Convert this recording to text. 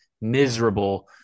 miserable